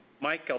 Mike